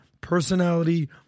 personality